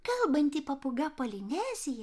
kalbanti papūga polinezija